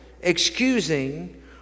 excusing